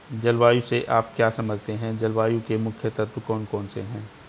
जलवायु से आप क्या समझते हैं जलवायु के मुख्य तत्व कौन कौन से हैं?